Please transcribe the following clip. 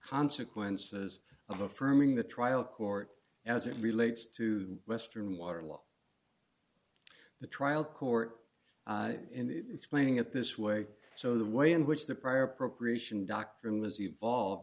consequences of affirming the trial court as it relates to western water law the trial court in explaining it this way so the way in which the prior appropriation doctrine was evolved